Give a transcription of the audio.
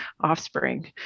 offspring